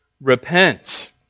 repent